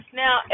now